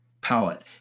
palette